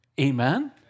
Amen